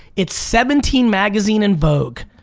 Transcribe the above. it's seventeen magazine and vogue.